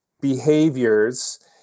behaviors